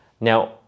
Now